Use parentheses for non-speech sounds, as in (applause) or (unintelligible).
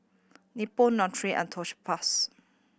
(unintelligible) Nutren and (unintelligible)